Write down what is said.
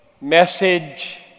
message